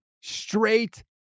straight